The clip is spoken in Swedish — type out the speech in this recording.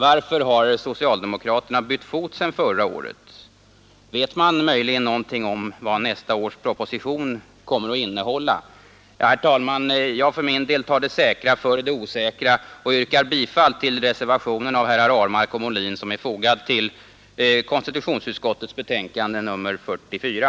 Varför har socialdemokraterna bytt fot sedan förra året? Vet man möjligen vad nästa års proposition kommer att innehålla? Herr talman! Jag tar det säkra före det osäkra och yrkar bifall till reservationen av herrar Ahlmark och Molin som är fogad till konstitutionsutskottets betänkande nr 44.